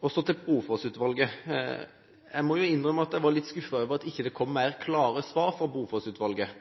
Så til Brofoss-utvalget. Jeg må innrømme at jeg var litt skuffet over at det ikke kom klarere svar fra